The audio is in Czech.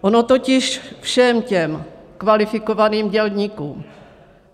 Ono totiž všem těm kvalifikovaným dělníkům,